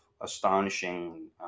astonishing